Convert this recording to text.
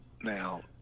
now